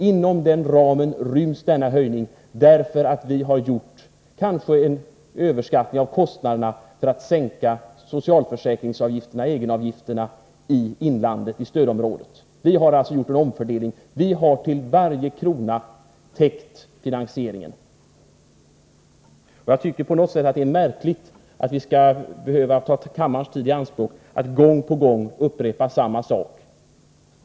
Inom den ramen ryms denna höjning, eftersom vi har gjort en eventuell överskattning av kostnaderna för att sänka socialförsäkringsavgifterna, egenavgifterna, i stödområdet i inlandet. Vi har alltså gjort en omfördelning, och vi har täckt finansieringen till varje krona. Jag tycker att det på något sätt är märkligt att vi skall behöva ta kammarens tidi anspråk för att gång på gång upprepa samma sak.